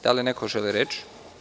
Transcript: Da li neko želi reč?